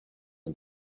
him